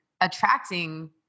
attracting